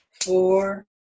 four